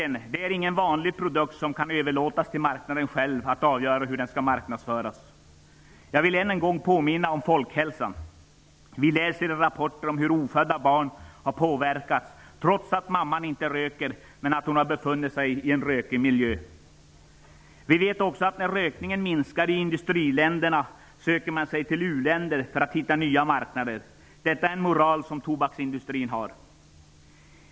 Tobaken är ingen vanlig produkt som man kan överlåta till marknaden själv att avgöra hur den skall marknadsföras. Jag vill än en gång påminna om folkhälsan. Vi läser i rapporter om hur ofödda barn har påverkats trots att mamman själv inte röker men ändå har befunnit sig i en rökig miljö. Vi vet också att när rökningen minskar i industriländerna söker producenterna sig till uländer för att hitta nya marknader. Detta är den moral som tobaksindustrin har.